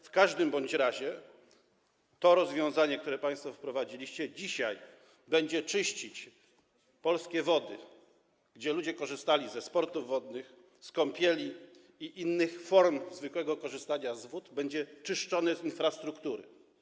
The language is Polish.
W każdym razie to rozwiązanie, które państwo wprowadziliście dzisiaj, będzie czyścić polskie wody, gdzie ludzie korzystali ze sportów wodnych, z kąpieli i innych form zwykłego korzystania z wód, będzie to czyszczone z infrastruktury.